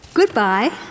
Goodbye